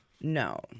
No